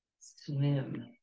swim